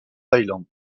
thaïlande